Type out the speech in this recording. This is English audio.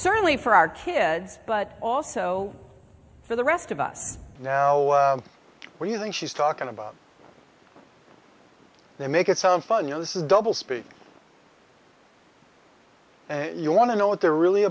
certainly for our kids but also for the rest of us now when you think she's talking about they make it sound fun you know this is double speak and you want to know what they're really